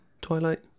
Twilight